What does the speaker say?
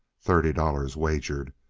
thirty dollars wagered.